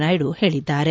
ನಾಯ್ಡು ಹೇಳಿದ್ದಾರೆ